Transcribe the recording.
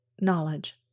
knowledge